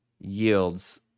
yields